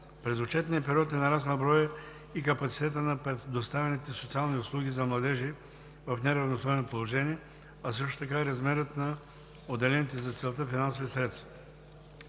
През отчетния период е нараснал броят и капацитетът на предоставяните социални услуги за младежи в неравностойно положение, а също така и размерът на отделените за целта финансови средства.